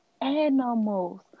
animals